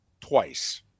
twice